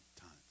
times